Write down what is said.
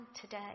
today